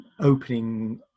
opening